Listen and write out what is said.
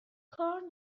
کار